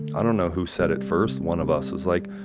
i don't know who said it first. one of us was like,